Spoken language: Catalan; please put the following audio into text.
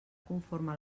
conforme